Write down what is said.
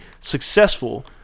successful